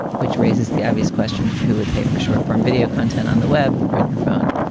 which raises the obvious question, who would pay for short form video content on the web or on your phone?